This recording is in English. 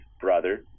brother